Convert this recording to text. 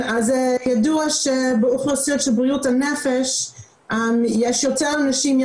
ידוע שבאוכלוסיות של בריאות הנפש יש יותר אנשים שמעשנים,